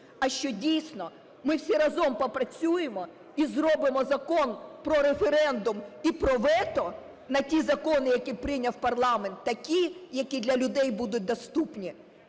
а, що дійсно ми всі разом попрацюємо і зробимо Закон про референдум і про вето на ті закони, які прийняв парламент, такі, які для людей будуть доступні